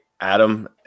Adam